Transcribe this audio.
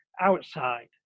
outside